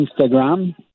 Instagram